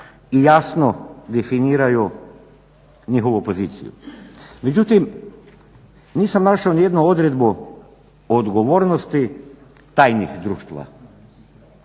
i jasno definiraju njihovu poziciju. Međutim, nisam našao nijednu odredbu o odgovornosti tajnih društava.